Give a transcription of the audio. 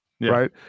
Right